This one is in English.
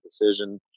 decision